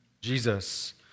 Jesus